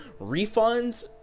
refunds